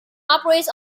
operates